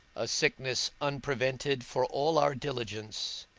a sickness unprevented for all our diligence,